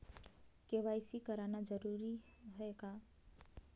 KYC कराना जरूरी है का?